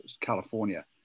California